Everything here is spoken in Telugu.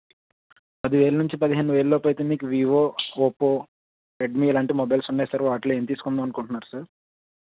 పదివేల నుంచి పదిహేను వేల లోపు అయితే మీకు వివో ఒప్పో రెడ్మీ ఇలాంటి మొబైల్స్ ఉన్నాయి సార్ వాటిలో ఏది తీసుకుందాం అనుకుంటున్నారు సార్